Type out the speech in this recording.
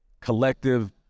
collective